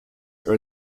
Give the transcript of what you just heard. are